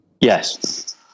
Yes